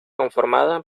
conformada